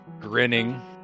grinning